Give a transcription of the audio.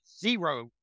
zero